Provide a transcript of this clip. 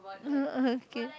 okay